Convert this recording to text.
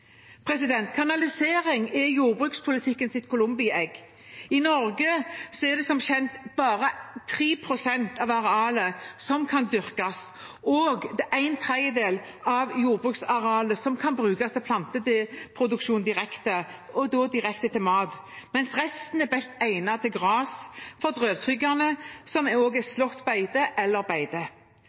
Kanalisering er jordbrukspolitikkens columbi egg. I Norge er det som kjent bare 3 pst. av arealet som kan dyrkes, og det er en tredjedel av jordbruksarealet som kan brukes til planteproduksjon direkte – og da direkte til mat – mens resten er best egnet til gras for drøvtyggerne, altså som slåttbeite eller beite.